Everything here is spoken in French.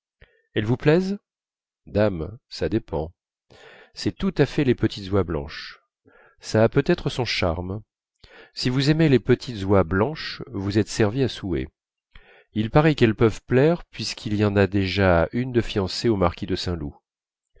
elles vous plaisent dame ça dépend c'est tout à fait les petites oies blanches ça a peut-être son charme si vous aimez les petites oies blanches vous êtes servi à souhait il paraît qu'elles peuvent plaire puisqu'il y en a déjà une de fiancée au marquis de saint loup